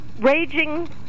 Raging